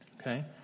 Okay